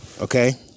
Okay